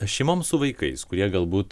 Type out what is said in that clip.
šeimoms su vaikais kurie galbūt